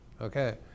okay